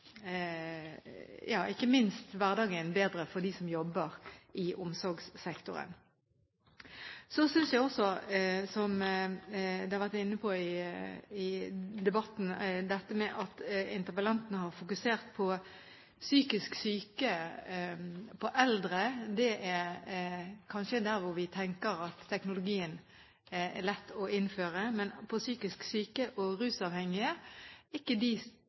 ikke minst hverdagen bedre for dem som jobber i omsorgssektoren. Så tror jeg også det som man har vært inne på i debatten, dette med at interpellanten har fokusert på psykisk syke, på eldre, at det kanskje er der vi tenker at teknologien er lett å innføre. Men når det gjelder psykisk syke og rusmiddelavhengige, er kanskje ikke